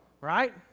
right